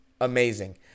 Amazing